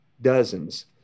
dozens